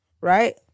Right